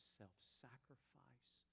self-sacrifice